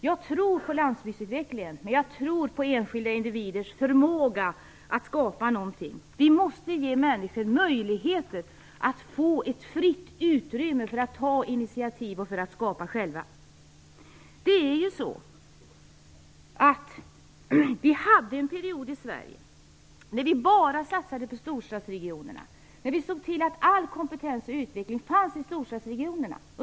Jag tror på landsbygdsutvecklingen, jag tror på enskilda indivers förmåga att skapa någonting. Vi måste ge människor möjligheter att få ett fritt utrymme att ta initiativ och skapa själva. Vi hade en period under 80-talet i Sverige då vi bara satsade på storstadsregionerna, såg till att all kompetens och utveckling fanns i storstadsregionerna.